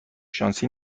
شانسی